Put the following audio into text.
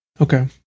Okay